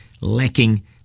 lacking